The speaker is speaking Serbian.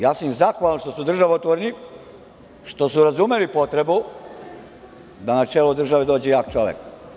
Ja sam im zahvalan što su državotvorni, što su razumeli potrebu da na čelo države dođe jak čovek.